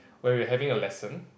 where we having a lesson